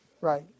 Right